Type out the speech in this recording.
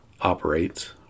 operates